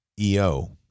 EO